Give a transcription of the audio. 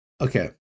Okay